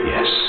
Yes